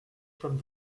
from